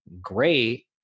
great